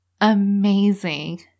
amazing